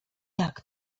jak